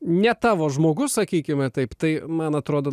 ne tavo žmogus sakykime taip tai man atrodo